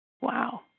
Wow